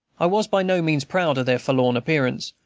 i was by no means proud of their forlorn appearance,